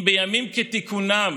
אם בימים כתיקונם